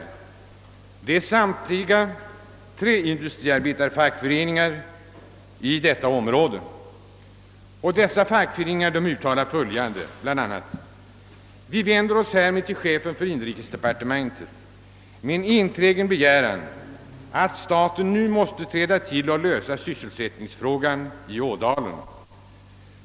Det är samtliga Träindustriarbetarförbundets fackföreningar i detta område. De uttalar bl.a.: »Vi vänder oss härmed till chefen för inrikesdepartementet med en enträgen begäran att staten nu måste träda till och lösa sysselsättningsfrågan i Ådalen.